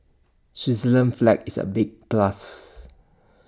Switzerland's flag is A big plus